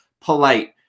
polite